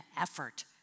effort